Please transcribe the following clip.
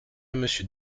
monsieur